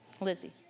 Lizzie